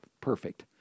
perfect